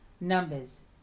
Numbers